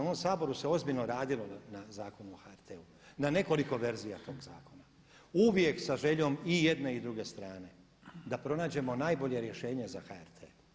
U ovom Saboru se ozbiljno radilo na Zakonu o HRT-u, na nekoliko verzija tog zakona, uvijek sa željom i jedne i druge strane da pronađemo najbolje rješenje za HRT.